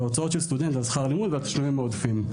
בהוצאות של סטודנט על שכר הלימוד והתשלומים העודפים.